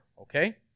okay